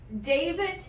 David